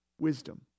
wisdom